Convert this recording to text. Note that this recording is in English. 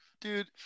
Dude